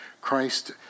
christ